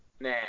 Nah